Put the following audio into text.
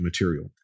material